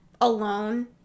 alone